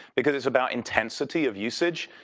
because it's about intensity of usage.